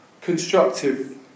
constructive